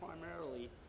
primarily